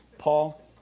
Paul